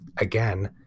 again